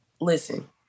listen